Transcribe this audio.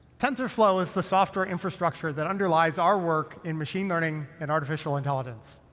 tensorflow is the software infrastructure that underlies our work in machine learning and artificial intelligence.